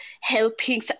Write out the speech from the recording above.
helping